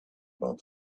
about